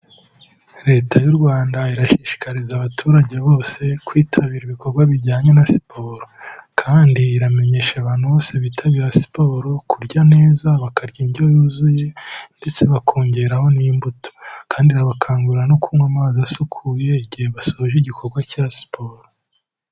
Leta y'u Rwanda, irashishikariza abaturage bose, kwitabira ibikorwa bijyanye na siporo. Kandi iramenyesha abantu bose bitabira siporo, kurya neza bakarya indyo yuzuye, ndetse bakongeraho n'imbuto. Kandi irabakangurira no kunywa amazi asukuye, igihe basoje igikorwa cya siporo.